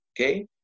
Okay